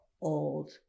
old